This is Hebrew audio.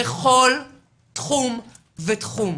בכל תחום ותחום.